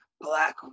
black